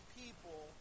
people